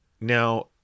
Now